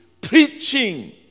preaching